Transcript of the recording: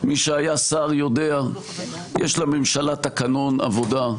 מי שהיה שר יודע שיש לממשלה תקנון עבודה,